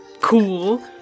cool